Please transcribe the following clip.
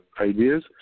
ideas